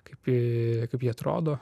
kaip ji kaip ji atrodo